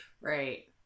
right